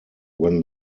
when